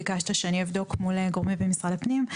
ביקשת שאני אבדוק מול הגורמים במשרד הפנים.